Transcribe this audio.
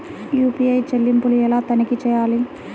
UPI చెల్లింపులు ఎలా తనిఖీ చేయాలి?